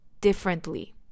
differently